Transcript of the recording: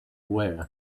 wear